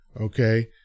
Okay